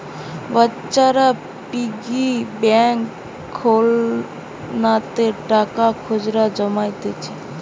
বাচ্চারা piggy bank খেলনাতে টাকা খুচরা জমাইতিছে